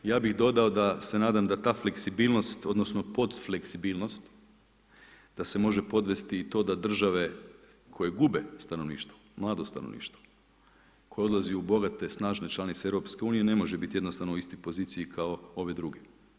Ja bih dodao da se nadam da ta fleksibilnost odnosno podfleksibilnost, da se može podvesti i to da države koje gube stanovništvo, mlado stanovništvo, koje odlaze u bogate snažne članice EU, ne može biti jednostavno u istoj poziciji kao ove druge.